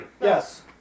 Yes